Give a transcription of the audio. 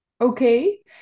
okay